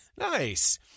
Nice